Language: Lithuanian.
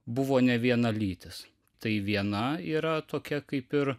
buvo nevienalytis tai viena yra tokia kaip ir